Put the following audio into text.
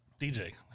DJ